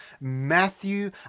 Matthew